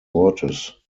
ortes